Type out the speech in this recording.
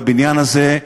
בבניין הזה,